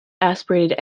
aspirated